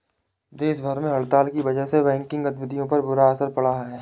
देश भर में हड़ताल की वजह से बैंकिंग गतिविधियों पर बुरा असर पड़ा है